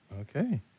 Okay